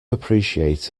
appreciate